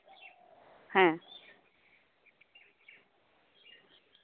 ᱦᱮᱸ